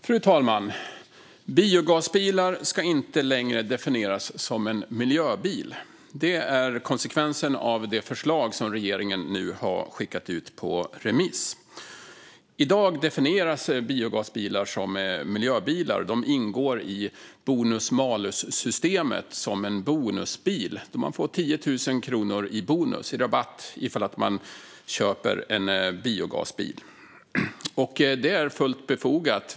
Fru talman! En biogasbil ska inte längre definieras som en miljöbil. Det är konsekvensen av det förslag som regeringen nu har skickat ut på remiss. I dag definieras biogasbilar som miljöbilar. De ingår i bonus-malus-systemet som bonusbilar. Man får alltså 10 000 kronor i rabatt om man köper en biogasbil. Det är fullt befogat.